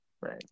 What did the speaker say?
Right